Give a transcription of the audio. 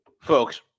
Folks